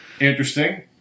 interesting